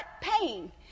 pain